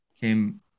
came